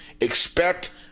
Expect